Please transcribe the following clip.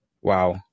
Wow